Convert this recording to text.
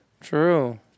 True